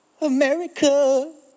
America